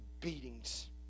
beatings